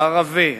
הערבי,